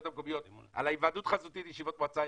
המקומיות על ההיוועדות החזותית ועל המועצה,